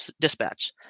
dispatch